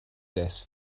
this